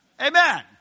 Amen